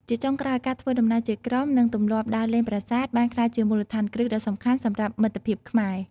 ជាចុងក្រោយ ការធ្វើដំណើរជាក្រុមនិងទម្លាប់ដើរលេងប្រាសាទបានក្លាយជាមូលដ្ឋានគ្រឹះដ៏សំខាន់សម្រាប់មិត្តភាពខ្មែរ។